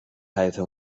حیاطه